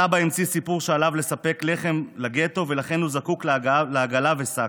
סבא המציא סיפור שעליו לספק לחם לגטו ולכן הוא זקוק לעגלה ושק.